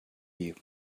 you